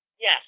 Yes